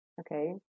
okay